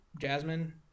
jasmine